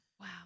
Wow